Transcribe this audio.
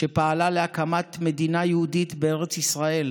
שפעלה להקמת מדינה יהודית בארץ ישראל,